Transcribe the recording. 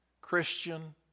Christian